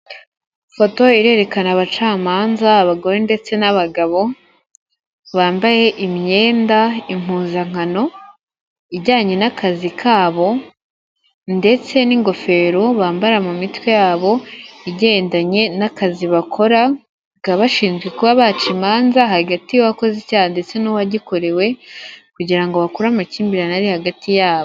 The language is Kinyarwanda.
Ifoto irerekana abacamanza, abagore ndetse n'abagabo bambaye imyenda impuzankano ijyanye nakazi kabo ndetse ngofero bambara mu mitwe yabo igendanye n'akazi bakoraba bashinzwe kuba baca imanza hagati y'uwakoze icyaha ndetse n'uwagikorewe kugira ngo bakure amakimbirane ari hagati yabo.